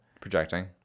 Projecting